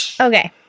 Okay